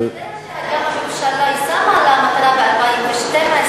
אתה יודע שגם הממשלה שמה לה מטרה ב-2012?